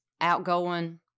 outgoing